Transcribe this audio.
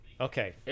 Okay